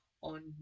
on